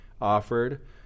offered